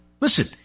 Listen